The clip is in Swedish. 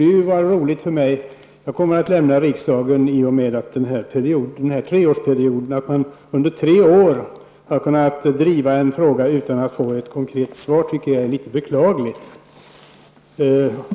Jag kommer att lämna riksdagen i och med att denna treåriga mandatperiod löper ut. Under snart tre år har jag drivit en fråga utan att få något konkret svar. Det är beklagligt.